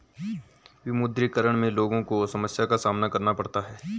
विमुद्रीकरण में लोगो को समस्या का सामना करना पड़ता है